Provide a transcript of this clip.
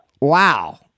Wow